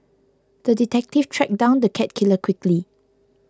the detective tracked down the cat killer quickly